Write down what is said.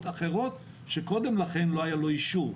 אחרות שקודם לכן עוד לא היה לו אישור.